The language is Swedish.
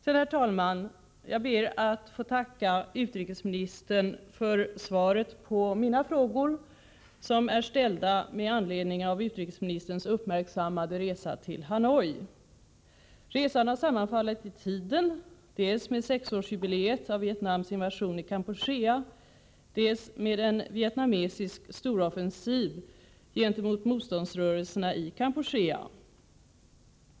Sedan, herr talman, ber jag att få tacka utrikesministern för svaren på mina frågor, som är ställda med anledning av utrikesmininsterns uppmärksammade resa till Hanoi. Resan har sammanfallit i tiden, dels med sexårsjubiléet av Vietnams invasion i Kampuchea, dels med en vietnamesisk storoffensiv mot motståndsrörelserna i Kampuchea.